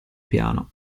piano